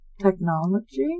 Technology